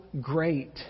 great